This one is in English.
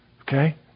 Okay